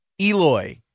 Eloy